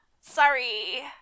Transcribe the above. sorry